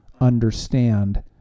understand